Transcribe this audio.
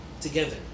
together